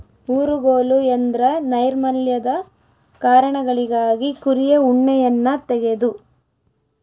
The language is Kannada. ಊರುಗೋಲು ಎಂದ್ರ ನೈರ್ಮಲ್ಯದ ಕಾರಣಗಳಿಗಾಗಿ ಕುರಿಯ ಉಣ್ಣೆಯನ್ನ ತೆಗೆದು